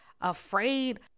afraid